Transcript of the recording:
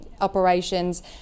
operations